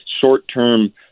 short-term